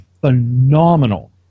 phenomenal